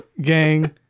gang